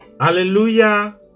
Hallelujah